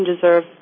deserve